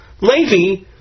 Levi